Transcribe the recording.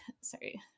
Sorry